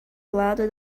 lado